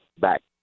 back